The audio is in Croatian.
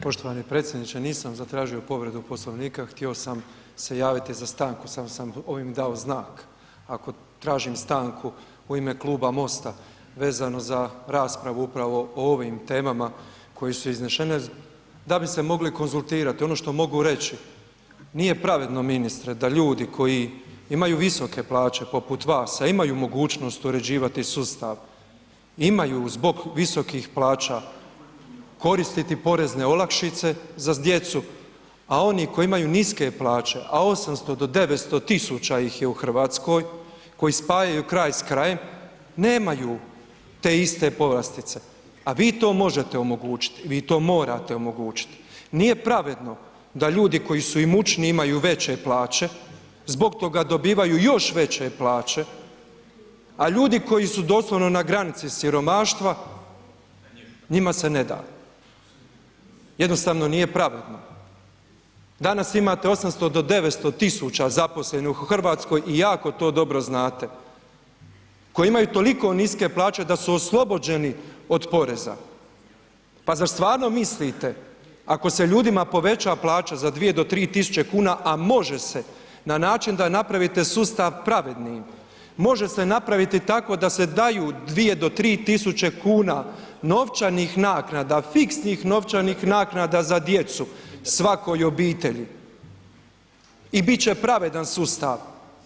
Poštovani predsjedniče, nisam zatražio povredu Poslovnika, htio sam se javiti za stanku, samo sam ovim dao znak, ako tražim stanku u ime Kluba MOST-a vezano za raspravu upravo o ovim temama koje su iznešene da bi se mogli konzultirati, ono što mogu reći nije pravedno ministre da ljudi koji imaju visoke plaće poput vas, a imaju mogućnost uređivati sustav, imaju zbog visokih plaća koristiti porezne olakšice za djecu, a oni koji imaju niske plaće, a 800 do 900 000 ih je u RH koji spajaju kraj s krajem nemaju te iste povlastice, a vi to možete omogućiti, vi to morate omogućiti, nije pravedno da ljudi koji su imućniji imaju veće plaće, zbog toga dobivaju još veće plaće, a ljudi koji su doslovno na granici siromaštva njima se ne da, jednostavno nije pravedno, danas imate 800 do 900 000 zaposlenih u RH i jako to dobro znate koji imaju toliko niske plaće da su oslobođeni od poreza, pa zar stvarno mislite ako se ljudima poveća plaća za 2 do 3.000,00 kn, a može se na način da napravite sustav pravednim, može se napraviti tako da se daju 2 do 3.000,00 kn novčanih naknada, fiksnih novčanih naknada za djecu svakoj obitelji i bit će pravedan sustav.